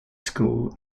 school